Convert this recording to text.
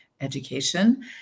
education